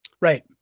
Right